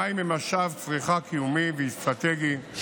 מים הם משאב צריכה קיומי ואסטרטגי,